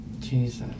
Jesus